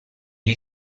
gli